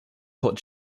court